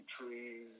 trees